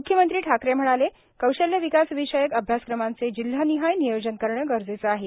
मूख्यमंत्री ठाकरे म्हणाले कौशल्य विकासविषयक अभ्यासक्रमांचे जिल्हानिहाय नियोजन करणे गरजेचे आहे